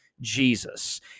Jesus